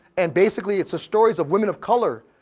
and basically, it's stories of women of color.